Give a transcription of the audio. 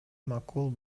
макул